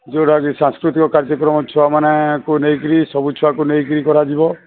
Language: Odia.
ଯୋଉଟାକି ସାଂସ୍କୃତିକ କାର୍ଯ୍ୟକ୍ରମ ଛୁଆମାନଙ୍କୁ ନେଇକରି ସବୁ ଛୁଆଙ୍କୁ ନେଇକି କରାଯିବ